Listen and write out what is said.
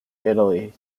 italy